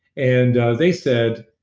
and they said,